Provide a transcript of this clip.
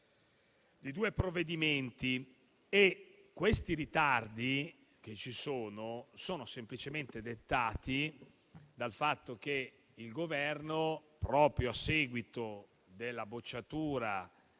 di due provvedimenti e questi ritardi sono semplicemente dettati dal fatto che il Governo, proprio a seguito della bocciatura